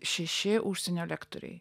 šeši užsienio lektoriai